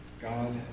God